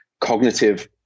cognitive